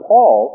Paul